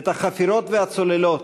את החפירות והצוללות,